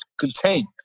contained